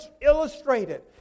illustrated